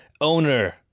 owner